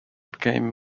became